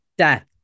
death